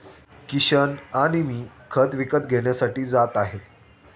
किशन आणि मी खत विकत घेण्यासाठी जात आहे